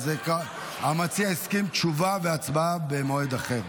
המציע הסכים, תשובה והצבעה במועד אחר.